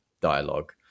dialogue